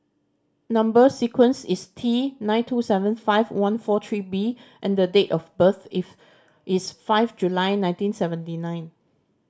number sequence is T nine two seven five one four three B and date of birth is is five July nineteen seventy nine